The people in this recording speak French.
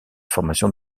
formation